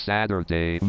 Saturday